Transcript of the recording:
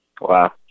Wow